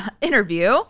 interview